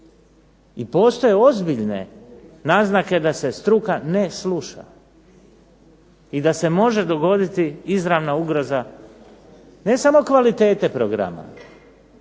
I postoje ozbiljne naznake da se struka ne sluša, i da se može dogoditi izravna ugroza ne samo kvalitete programa,